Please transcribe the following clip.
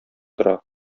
тора